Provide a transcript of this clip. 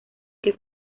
que